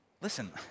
Listen